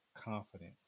confident